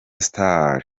stars